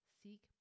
seek